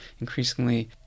increasingly